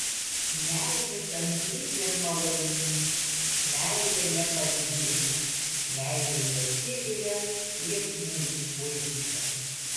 meilė kantri ir maloni meilė nepavydi meilė nesigiria ir neišpuiksta